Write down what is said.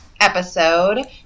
episode